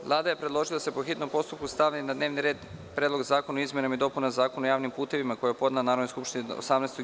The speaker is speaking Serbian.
Vlada je predložila da se po hitnom postupku stavi na dnevni red Predlog zakona o izmenama i dopunama Zakona o javnim putevima, koji je podnela Narodnoj skupštini 18. juna 2013. godine.